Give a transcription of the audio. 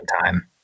time